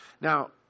Now